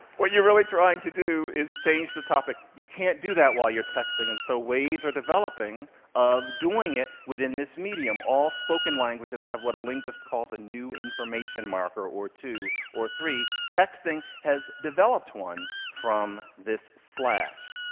what you're really trying to do is change the topic. you can't do that while you're texting, and so ways are developing of doing it within this medium. all spoken languages have what a linguist calls a new information marker or two, or three. texting has developed one from this slash.